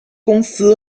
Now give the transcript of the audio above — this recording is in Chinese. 公司